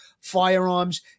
firearms